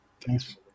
Thanks